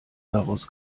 daraus